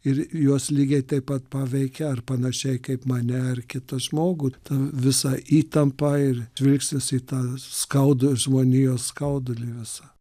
ir juos lygiai taip pat paveikia ar panašiai kaip mane ar kitą žmogų ta visa įtampa ir žvilgsnis į tą skaudų žmonijos skaudulį visą